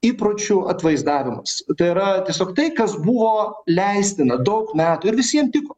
įpročių atvaizdavimas tai yra tiesiog tai kas buvo leistina daug metų ir visiem tiko